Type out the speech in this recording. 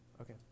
Okay